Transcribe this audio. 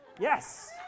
Yes